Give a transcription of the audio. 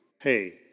hey